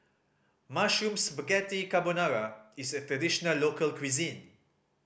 Mushroom Spaghetti Carbonara is a traditional local cuisine